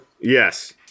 yes